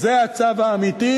זה הצו האמיתי,